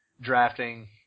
drafting